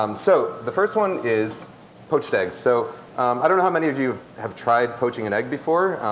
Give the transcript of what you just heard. um so the first one is poached egg. so i don't know how many of you have tried poaching an egg before.